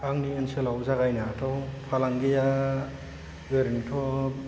आंनि ओनसोलाव जागायनो हाथाव फालांगिया ओरैनोथ'